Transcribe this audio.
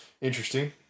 interesting